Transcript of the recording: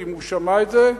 אם הוא שמע את זה.